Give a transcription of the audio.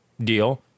deal